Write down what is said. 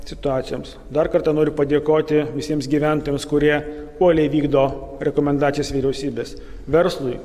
situacijoms dar kartą noriu padėkoti visiems gyventojams kurie uoliai vykdo rekomendacijas vyriausybės verslui